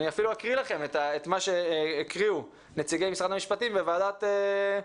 אני אפילו אקריא לכם את מה שאמרו נציגי משרד המשפטים בוועדת חוקה